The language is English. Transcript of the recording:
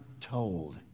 told